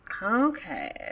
Okay